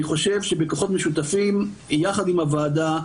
אני חושב שבכוחות משותפים יחד עם הוועדה,